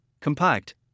compact